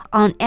on